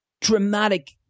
dramatic